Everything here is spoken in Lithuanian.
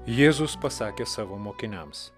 jėzus pasakė savo mokiniams